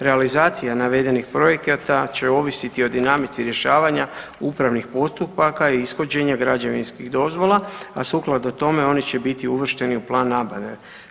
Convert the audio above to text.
Realizacija navedenih projekata će ovisiti o dinamici rješavanja upravnih postupaka i ishođenje građevinskih dozvola, a sukladno tome oni će biti uvršteni u plan nabave.